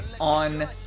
on